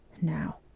now